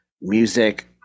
music